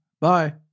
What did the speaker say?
Bye